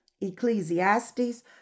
Ecclesiastes